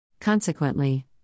Consequently